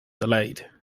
delayed